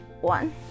one